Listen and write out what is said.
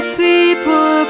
people